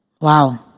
Wow